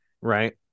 Right